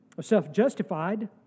self-justified